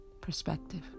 perspective